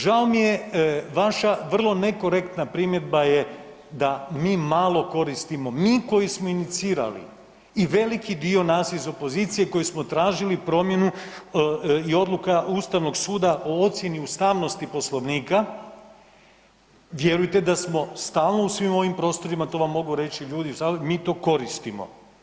Žao mi je vaša vrlo nekorektna primjedba je da mi malo koristimo, mi koji smo inicirali i veliki dio nas iz opozicije koji smo tražili promjenu i odluka Ustavnog suda o ocjeni ustavnosti Poslovnika, vjerujte da smo stalo u svim ovim prostorima to vam reći ljudi u sali, mi to koristimo.